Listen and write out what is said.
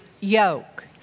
yoke